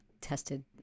tested